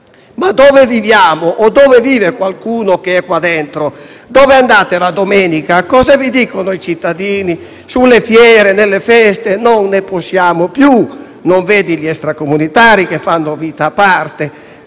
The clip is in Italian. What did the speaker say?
Ma dove viviamo o dove vive qualcuno che è qui dentro? Dove andate la domenica? Cosa vi dicono i cittadini sulle fiere, nelle feste? «Non ne possiamo più», «Non vedi gli extracomunitari che fanno vita a parte?».